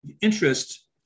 interest